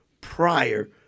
prior